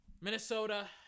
Minnesota